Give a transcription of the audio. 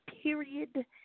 period